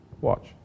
watch